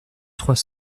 trois